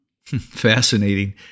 Fascinating